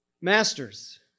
Masters